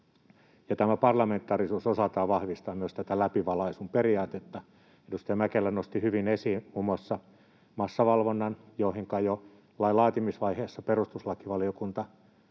Tämä parlamentaarisuus osaltaan vahvistaa myös tätä läpivalaisun periaatetta. Edustaja Mäkelä nosti hyvin esiin muun muassa massavalvonnan, johonka liittyen jo lain laatimisvaiheessa perustuslakivaliokunta